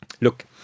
look